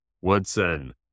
Woodson